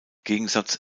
gegensatz